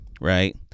right